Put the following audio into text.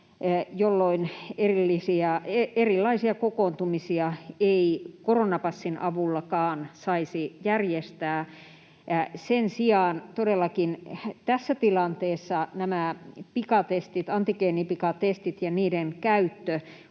jolloin erilaisia kokoontumisia ei koronapassin avullakaan saisi järjestää. Sen sijaan todellakin tässä tilanteessa antigeenipikatestien käyttö